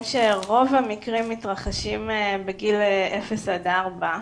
שרוב המקרים מתרחשים בגיל אפס עד ארבע,